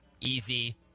Easy